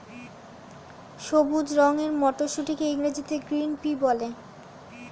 সবুজ রঙের মটরশুঁটিকে ইংরেজিতে গ্রিন পি বলে